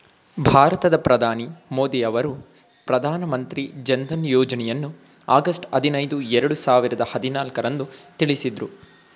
ಭಾರತದ ಪ್ರಧಾನಿ ಮೋದಿ ಅವರು ಪ್ರಧಾನ ಮಂತ್ರಿ ಜನ್ಧನ್ ಯೋಜ್ನಯನ್ನು ಆಗಸ್ಟ್ ಐದಿನೈದು ಎರಡು ಸಾವಿರದ ಹದಿನಾಲ್ಕು ರಂದು ತಿಳಿಸಿದ್ರು